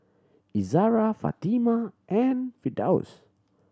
Izzara Fatimah and Firdaus